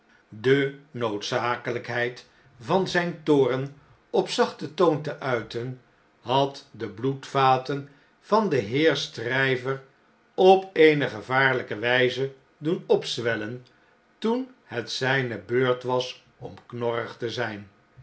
de noodzakelijkheid van zyn toorn op zachten toon te uiten had de bloedvaten van den heer stryver op eene gevaarlijke wijze doen opzwellen toen net zjjne beurt was om knorrig te zijn